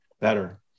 better